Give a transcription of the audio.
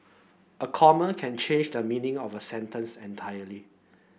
a comma can change the meaning of a sentence entirely